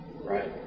Right